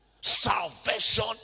Salvation